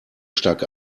stark